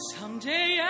Someday